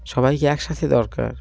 সবাইকে একসাথে দরকার